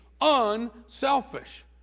unselfish